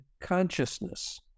consciousness